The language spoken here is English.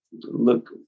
look